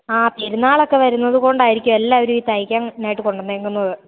ആ പെരുന്നാളൊക്കെ വരുന്നത് കൊണ്ടായിരിക്കും എല്ലാവരും ഈ തയ്ക്കാനായിട്ട് കൊണ്ടു വന്നിരിക്കുന്നത്